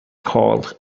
called